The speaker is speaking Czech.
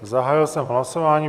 Zahájil jsem hlasování.